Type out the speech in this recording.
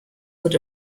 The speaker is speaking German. wird